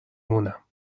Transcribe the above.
مونم